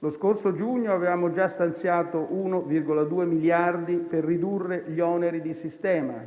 Lo scorso giugno avevamo già stanziato 1,2 miliardi di euro per ridurre gli oneri di sistema.